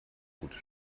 gute